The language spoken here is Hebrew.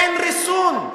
אין ריסון.